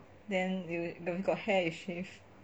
then if got hair you shave